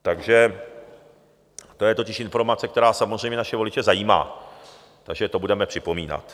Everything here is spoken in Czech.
Takže to je totiž informace, která samozřejmě naše voliče zajímá, takže to budeme připomínat.